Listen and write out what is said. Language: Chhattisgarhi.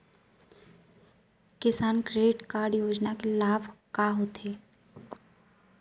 किसान क्रेडिट कारड योजना के लाभ का का होथे?